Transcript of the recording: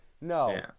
No